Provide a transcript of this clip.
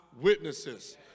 witnesses